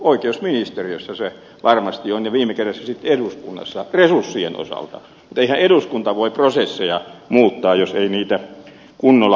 oikeusministeriössä se varmasti on ja viime kädessä sitten eduskunnassa resurssien osalta mutta eihän eduskunta voi prosesseja muuttaa jos ei niitä kunnolla valmistella